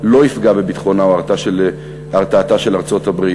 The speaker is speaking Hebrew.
לא יפגע בביטחונה או בהרתעתה של ארצות-הברית.